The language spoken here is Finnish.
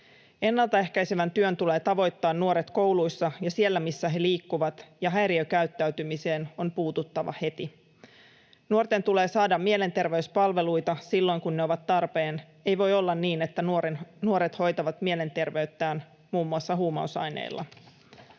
Ennaltaehkäisevän työn tulee tavoittaa nuoret kouluissa ja siellä, missä he liikkuvat, ja häiriökäyttäytymiseen on puututtava heti. Nuorten tulee saada mielenterveyspalveluita silloin, kun ne ovat tarpeen. Ei voi olla niin, että nuoret hoitavat mielenterveyttään muun muassa huumausaineilla.